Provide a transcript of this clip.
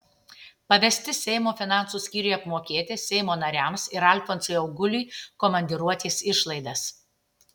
pavesti seimo finansų skyriui apmokėti seimo nariams ir alfonsui auguliui komandiruotės išlaidas